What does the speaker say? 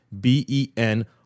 B-E-N